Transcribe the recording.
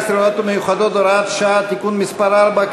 (הוראות מיוחדות) (הוראת שעה) (תיקון מס' 4),